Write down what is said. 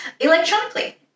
electronically